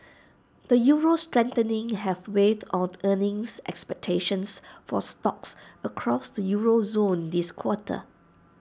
the euro's strengthening has weighed on earnings expectations for stocks across the euro zone this quarter